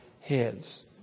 heads